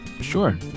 Sure